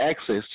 access